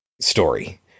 story